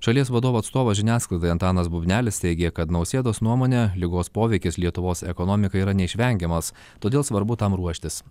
šalies vadovo atstovas žiniasklaidai antanas bubnelis teigė kad nausėdos nuomone ligos poveikis lietuvos ekonomikai yra neišvengiamas todėl svarbu tam ruoštis